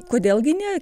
kodėl gi ne